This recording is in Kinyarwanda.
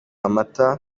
amata